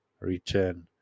return